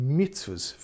mitzvahs